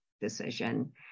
decision